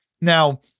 Now